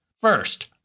First